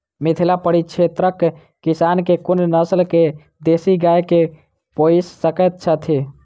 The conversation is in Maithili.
मिथिला परिक्षेत्रक किसान केँ कुन नस्ल केँ देसी गाय केँ पोइस सकैत छैथि?